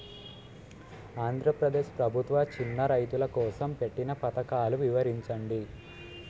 ఆంధ్రప్రదేశ్ ప్రభుత్వ చిన్నా రైతుల కోసం పెట్టిన పథకాలు వివరించండి?